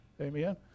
Amen